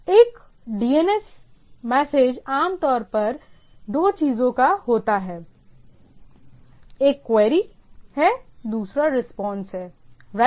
एक DNS message आम तौर पर दो चीजों का होता है एक क्वेरी है दूसरा रिस्पांस है राइट